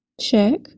Check